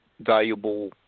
valuable